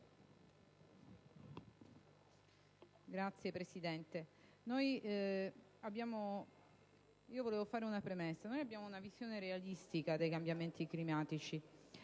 una premessa. Noi abbiamo una visione realistica dei cambiamenti climatici,